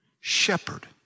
Shepherd